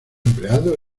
empleado